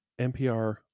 NPR